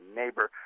neighbor